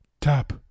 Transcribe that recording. Tap